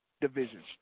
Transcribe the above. divisions